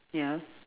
ya